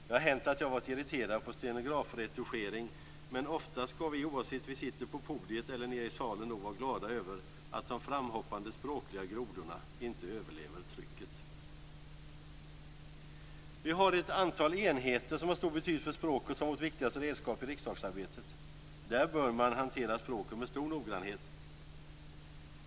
Det har hänt att jag varit irriterad på stenografretuschering, men oftast ska vi oavsett vi sitter på podiet eller nere i salen nog vara glada över att de framhoppande språkliga grodorna inte överlever trycket. Vi har ett antal enheter som har stor betydelse för språket som vårt viktigaste redskap i riksdagsarbetet. Där bör man hantera språket med stor noggrannhet.